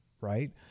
right